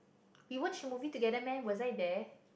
we watched a movie together meh was I there